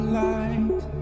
light